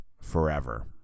forever